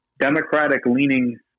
Democratic-leaning